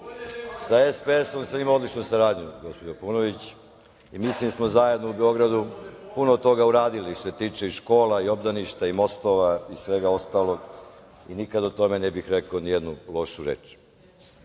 SPS sam imao odličnu saradnju, gospođo Paunović. Mislim da smo zajedno u Beogradu puno toga uradili što se tiče škola, obdaništa, mostova i svega ostalog. Nikada o tome ne bih rekao ni jednu lošu reč. Što